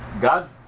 God